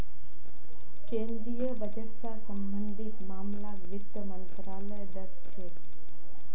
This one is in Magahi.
केन्द्रीय बजट स सम्बन्धित मामलाक वित्त मन्त्रालय द ख छेक